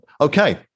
okay